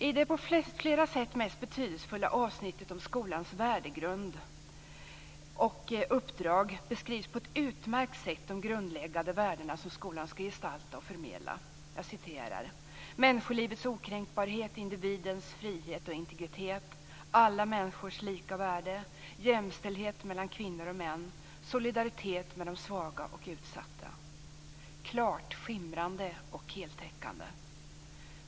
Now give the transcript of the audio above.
I det på flera sätt mest betydelsefulla avsnittet om skolans värdegrund och uppdrag beskrivs på ett utmärkt sätt de grundläggande värden som skolan ska gestalta och förmedla: Jag citerar: "Människolivets okränkbarhet, individens frihet och integritet, alla människors lika värde, jämställdhet mellan kvinnor och män, solidaritet med de svaga och utsatta." Det är klart, skimrande och heltäckande.